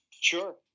Sure